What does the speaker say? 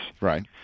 Right